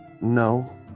No